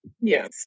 Yes